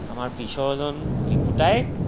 আমাৰ পিছৰজন লিখোঁতাই